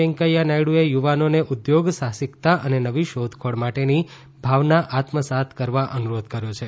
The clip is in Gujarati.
વેંકૈયા નાયડુએ યુવાનોને ઉદ્યોગ સાહસિકતા અને નવી શોધખોળ માટેની ભાવના આત્મસાત કરવા અનુરોધ કર્યો છે